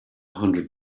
hundred